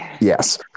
yes